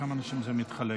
לכמה אנשים זה מתחלק,